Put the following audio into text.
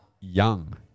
young